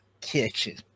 kitchen